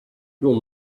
your